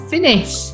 Finish